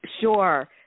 Sure